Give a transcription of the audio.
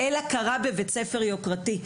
אלא קרה בבית-ספר יוקרתי.